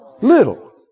Little